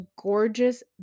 gorgeous